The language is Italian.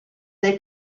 dei